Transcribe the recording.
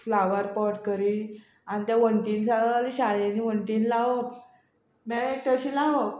flower pot करी आनी त्या वंटीन सगली शाळेनी वंटीन लावप मेळट तशी लावप